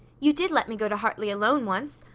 you did let me go to hartley alone, once.